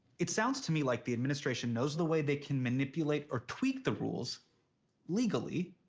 it sounds to me like the administration knows the way they can manipulate or tweak the rules legally.